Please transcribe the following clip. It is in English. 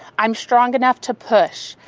i'm strong enough to push,